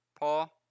Paul